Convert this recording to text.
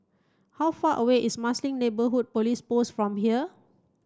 how far away is Marsiling Neighbourhood Police Post from here